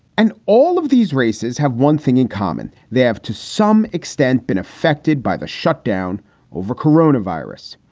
and all of these races have one thing in common. they have to some extent been affected by the shutdown over corona virus.